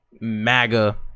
MAGA